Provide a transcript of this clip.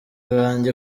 banjye